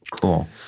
Cool